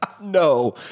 No